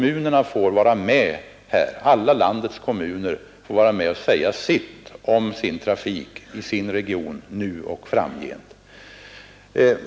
Alla landets kommuner får vara med och säga sitt om trafiken i sin region nu och framgent.